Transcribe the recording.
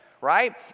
right